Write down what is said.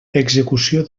execució